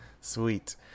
sweet